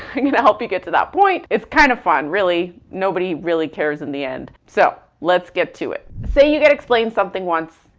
i'm gonna help you get to that point, it's kinda kind of fun, really nobody really cares in the end. so let's get to it. say you get explained something once,